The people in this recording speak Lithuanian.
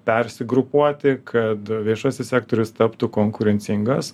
persigrupuoti kad viešasis sektorius taptų konkurencingas